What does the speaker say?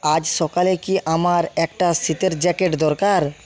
আজ সকালে কি আমার একটা শীতের জ্যাকেট দরকার